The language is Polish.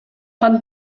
pan